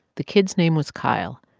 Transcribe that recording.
the kid's name was kyle.